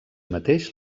mateix